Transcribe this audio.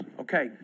Okay